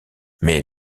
mais